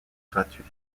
gratuit